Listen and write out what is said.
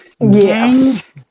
Yes